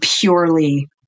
purely